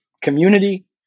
community